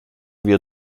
wir